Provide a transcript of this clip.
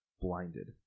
Blinded